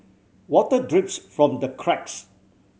water drips from the cracks